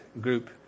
group